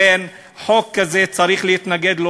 מה החוק הזה בא להגיד?